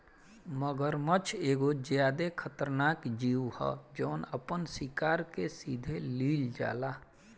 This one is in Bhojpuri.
मगरमच्छ एगो ज्यादे खतरनाक जिऊ ह जवन आपना शिकार के सीधे लिल जाला